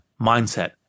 mindset